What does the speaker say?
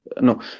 no